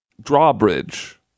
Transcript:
drawbridge